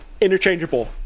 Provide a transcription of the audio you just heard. interchangeable